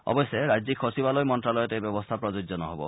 অৱশ্যে ৰাজ্যিক সচিবালয় মন্ত্যালয়ত এই ব্যৱস্থা প্ৰযোজ্য নহ'ব